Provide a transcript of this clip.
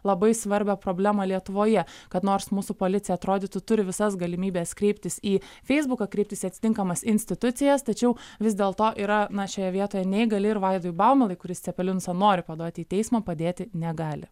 labai svarbią problemą lietuvoje kad nors mūsų policija atrodytų turi visas galimybes kreiptis į feisbuką kreiptis į atitinkamas institucijas tačiau vis dėl to yra na šioje vietoje nei gali ir vaidui baumilai kuris cepelinusą nori paduoti į teismą padėti negali